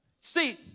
See